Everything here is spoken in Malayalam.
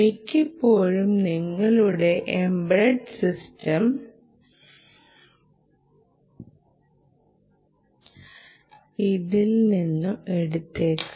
മിക്കപ്പോഴും നിങ്ങളുടെ എംബഡഡ് സിസ്റ്റം ഇതിൽ നിന്ന് എടുത്തേക്കാം